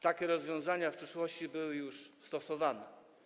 Takie rozwiązania w przeszłości były już stosowane.